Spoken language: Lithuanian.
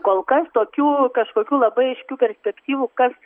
kol kas tokių kažkokių labai aiškių perspektyvų kas